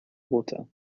water